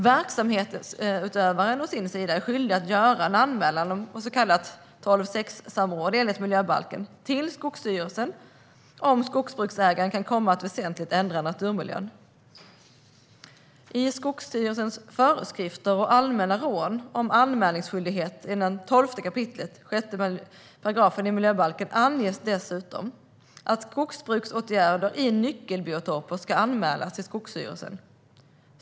Verksamhetsutövaren är å sin sida enligt miljöbalken skyldig att göra en anmälan till Skogsstyrelsen om så kallat 12:6-samråd, om skogsbruksägaren kan komma att väsentligt ändra naturmiljön. I Skogsstyrelsens föreskrifter och allmänna råd om anmälningsskyldighet, enligt 12 kap. 6 § i miljöbalken, anges dessutom att skogsbruksåtgärder i nyckelbiotoper ska anmälas till Skogsstyrelsen.